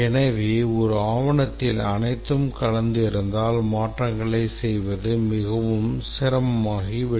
எனவே ஒரு ஆவணத்தில் அனைத்தும் கலந்து இருந்தால் மாற்றங்களைச் செய்வது மிகவும் சிரமமாகிவிடும்